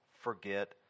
forget